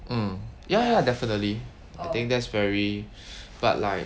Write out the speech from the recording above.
mm ya ya definitely I think that's very but like